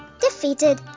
Defeated